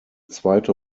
zweite